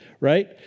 right